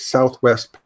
Southwest